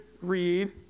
read